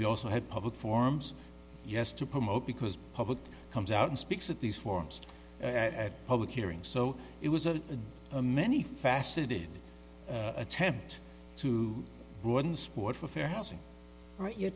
we also had public forms yes to promote because public comes out and speaks at these forums at public hearings so it was a a many faceted attempt to broaden the sport for fair housing but your